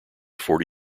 forty